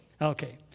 Okay